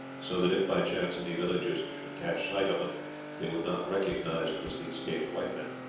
so that if by chance any villagers should catch sight of them they would not recognize them as the escaped white men.